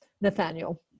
Nathaniel